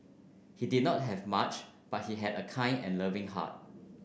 he did not have much but he had a kind and loving heart